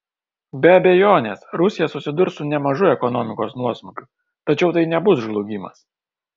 be abejonės rusija susidurs su nemažu ekonomikos nuosmukiu tačiau tai nebus žlugimas